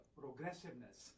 progressiveness